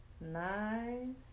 Nine